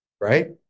right